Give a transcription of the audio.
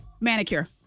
manicure